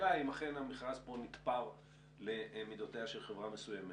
השאלה האם אכן המכרז כאן נתפר למידותיה של חברה מסוימת.